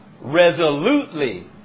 resolutely